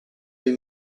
del